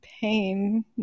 pain